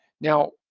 Now